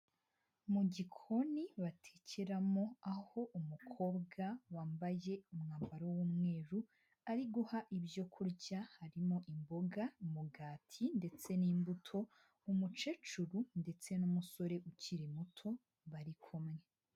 Mu gikoni batikeramo aho umukobwa wambaye umwambaro w'umweru ari guha ibyo kurya harimo; imboga, umugati ndetse n'imbuto, umukecuru ndetse n'umusore ukiri muto bari kumwe.